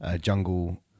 jungle